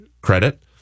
credit